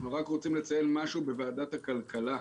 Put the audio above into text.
אנחנו רק רוצים לציין משהו בוועדת הכלכלה.